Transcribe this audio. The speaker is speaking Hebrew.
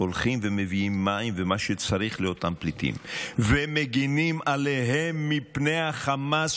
הולכים ומביאים מים ומה שצריך לאותם פליטים ומגינים עליהם מפני החמאס,